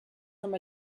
from